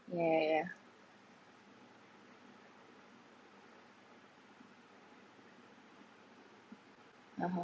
yeah yeah yeah (uh huh)